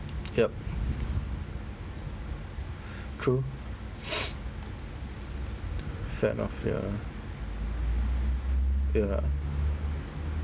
yup true fair enough ya ya